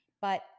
But-